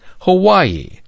Hawaii